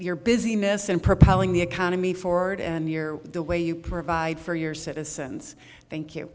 your business and propelling the economy forward and near the way you provide for your citizens thank you